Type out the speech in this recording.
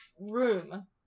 room